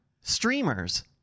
streamers